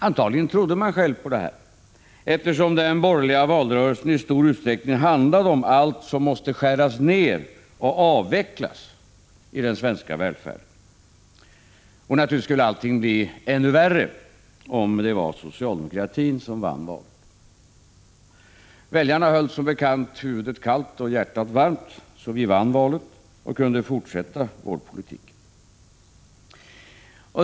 Antagligen trodde man själv på detta, eftersom den borgerliga valrörelsen i stor utsträckning handlade om allt som måste skäras ned och avvecklas i den svenska välfärden. Och naturligtvis skulle allt bli ännu värre om det blev socialdemokratin som vann valet. Väljarna höll som bekant huvudet kallt och hjärtat varmt, så vi vann valet och kunde fortsätta vår politik.